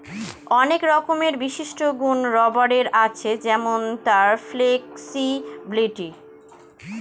অনেক রকমের বিশিষ্ট গুন রাবারের আছে যেমন তার ফ্লেক্সিবিলিটি